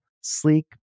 sleek